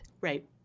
Right